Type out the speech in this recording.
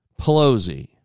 Pelosi